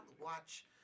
watch